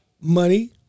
money